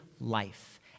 life